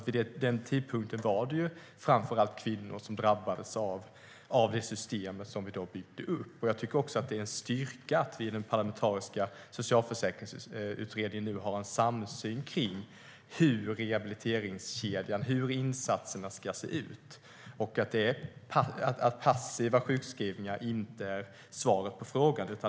Vid den tidpunkten var det framför allt kvinnor som drabbades av det system som vi byggde upp. Det är en styrka att vi i den parlamentariska socialförsäkringsutredningen nu har en samsyn om hur rehabiliteringskedjan och insatserna ska se ut. Passiva sjukskrivningar är inte svaret.